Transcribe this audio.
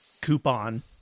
coupon